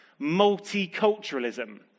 multiculturalism